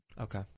Okay